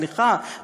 סליחה?